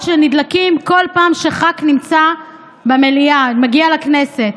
שנדלקים כל פעם שח"כ נמצא במליאה ומגיע לכנסת.